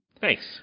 Thanks